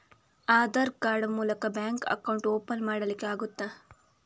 Aadhaar card ಮೂಲಕ bank account open ಮಾಡಲಿಕ್ಕೆ ಆಗುತಾ?